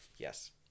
Yes